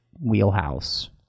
wheelhouse